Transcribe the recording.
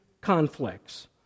conflicts